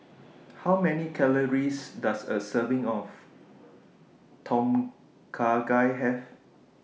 How Many Calories Does A Serving of Tom Kha Gai Have